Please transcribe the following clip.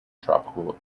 tropical